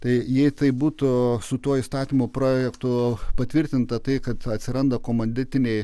tai jei tai būtų su tuo įstatymų projektu patvirtinta tai kad atsiranda komanditiniai